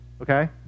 Okay